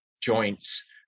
joints